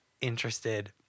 interested